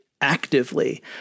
actively